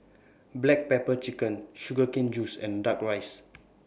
Black Pepper Chicken Sugar Cane Juice and Duck Rice